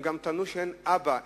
הם טענו שאין אבא,